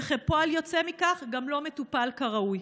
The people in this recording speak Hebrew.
וכפועל יוצא מכך גם לא מטופל כראוי.